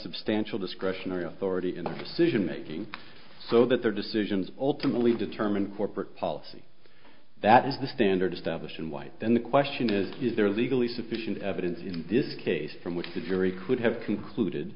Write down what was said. substantial discretionary authority in the decision making so that their decisions ultimately determine corporate policy that is the standard established in white then the question is is there legally sufficient evidence in this case from which the jury could have concluded